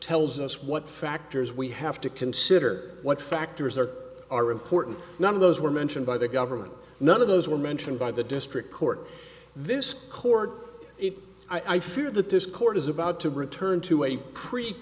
tells us what factors we have to consider what factors are are important none of those were mentioned by the government none of those were mentioned by the district court this court i fear that this court is about to return to a cre